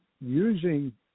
using